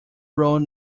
road